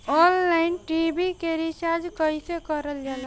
Online TV के recharge कईसे करल जाला?